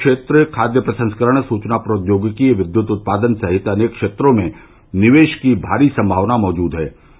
कृशि क्षेत्र खाद प्रसंस्करण सूचना प्रौद्योगिकी विद्युत उत्पादन सहित अर्नक क्षेत्रों में निवेष की भारी संभावना मौजूद है